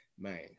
Man